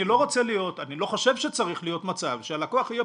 אני לא חושב שצריך להיות מצב שהלקוח יהיה